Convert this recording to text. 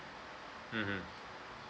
mmhmm